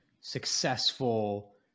successful